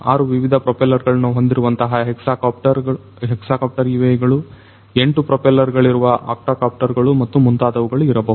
6 ವಿವಿಧ ಪ್ರೋಪೆಲ್ಲರ್ ಗಳನ್ನು ಹೊಂದಿರುವಂತಹ ಹೆಕ್ಸಾಕಾಪ್ಟರ್ UAV ಗಳು 8 ಪ್ರೋಪೆಲ್ಲರ್ ಗಳಿರುವ ಅಕ್ಟಾಕಾಪ್ಟರ್ ಗಳು ಮತ್ತು ಮುಂತಾದವುಗಳು ಇರಬಹುದು